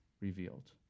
revealed